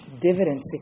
dividends